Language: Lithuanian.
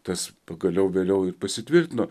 tas pagaliau vėliau ir pasitvirtino